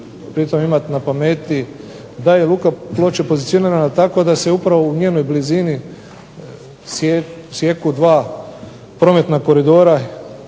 pri tom imati na pameti da je luka Ploče pozicionirana tako da se upravo u njenoj blizini sjeku dva prometna koridora